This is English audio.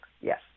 Yes